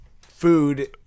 food